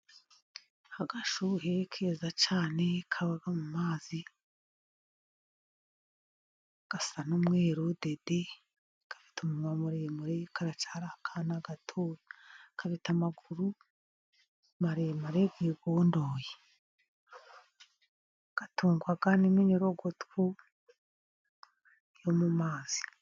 Agashuhe keza cyane ,kaba mu mazi gasa n'umweru dede, gafite umunwa muremure, karacyara akana gato, gafite amaguru maremare yigondoye, gatungwa n'iminyorogoto yo mu mazi.